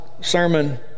sermon